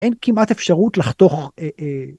‫אין כמעט אפשרות לחתוך...